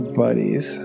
buddies